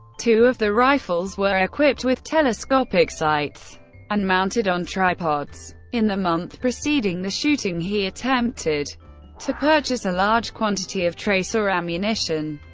two of the rifles were equipped with telescopic sights and mounted on tripods. in the month preceding the shooting, he attempted to purchase a large quantity of tracer ammunition,